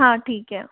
हाँ ठीक है